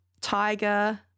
Tiger